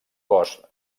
cost